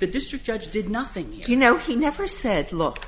the district judge did nothing you know he never said look